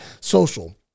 social